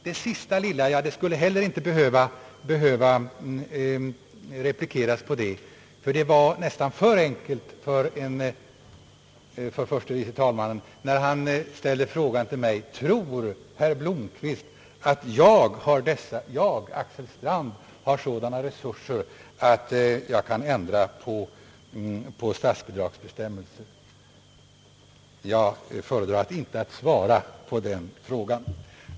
Den sista frågan som herr Strand ställde till mig skulle jag egentligen inte behöva replikera på, ty den är nästan för enkel för att komma från herr förste vice talmannen, nämligen: Tror herr Blomquist att jag — Axel Strand — har sådana resurser att jag kan ändra på statsbidragsbestämmelser? Jag föredrar att inte svara på den frågan.